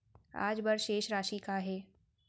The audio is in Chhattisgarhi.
आज बर शेष राशि का हे?